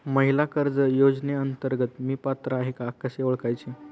महिला कर्ज योजनेअंतर्गत मी पात्र आहे का कसे ओळखायचे?